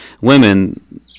women